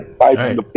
right